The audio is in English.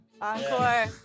Encore